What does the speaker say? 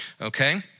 okay